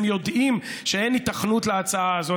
הם יודעים שאין היתכנות להצעה הזאת.